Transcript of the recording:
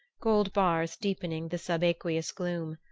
gold bars deepening the subaqueous gloom.